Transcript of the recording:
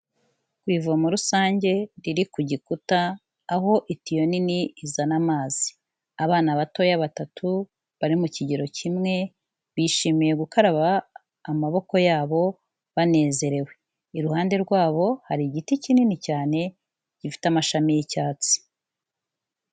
Ku ivomo rusange riri ku gikuta, aho itiyo nini izana amazi. Abana batoya batatu bari mu kigero kimwe, bishimiye gukaraba amaboko yabo banezerewe. Iruhande rwabo hari igiti kinini cyane gifite amashami y'icyatsi.